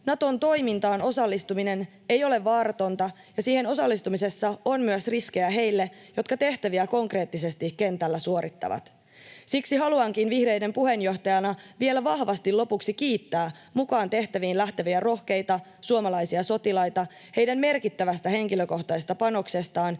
Naton toimintaan osallistuminen ei ole vaaratonta ja siihen osallistumisessa on myös riskejä heille, jotka tehtäviä konkreettisesti kentällä suorittavat. Siksi haluankin vihreiden puheenjohtajana vielä vahvasti lopuksi kiittää mukaan tehtäviin lähteviä rohkeita suomalaisia sotilaita heidän merkittävästä henkilökohtaisesta panoksestaan